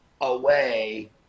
away